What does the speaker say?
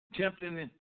tempting